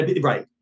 Right